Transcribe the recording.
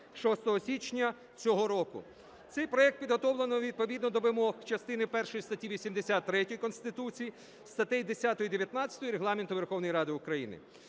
26 січня цього року. Цей проект підготовлено відповідно до вимог частини першої статті 83 Конституції, статей 10 і 19 Регламенту Верховної Ради України.